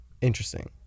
interesting